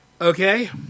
okay